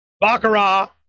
Baccarat